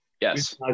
Yes